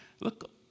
look